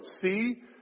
See